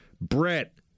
Brett